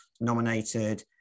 nominated